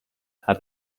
had